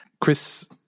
chris